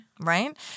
Right